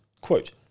quote